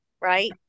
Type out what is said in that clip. right